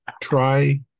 try